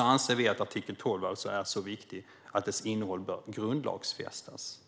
anser vi att artikel 12 är så viktig att dess innehåll bör grundlagsfästas.